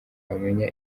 wamenya